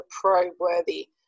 pro-worthy